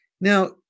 Now